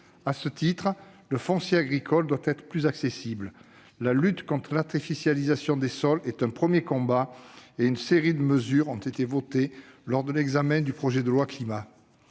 impératif. Le foncier agricole doit donc être plus accessible. La lutte contre l'artificialisation des sols est un premier combat à mener et, à cet égard, une série de mesures ont été votées lors de l'examen du projet de loi Climat